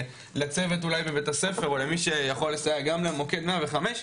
לצוות אולי בבית הספר או מי שיכול לסייע גם למוקד 105,